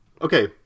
okay